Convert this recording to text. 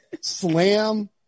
slam